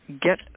get